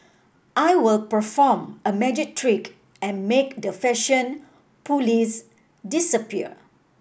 I will perform a magic trick and make the fashion police disappear